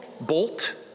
Bolt